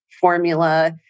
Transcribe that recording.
formula